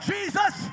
Jesus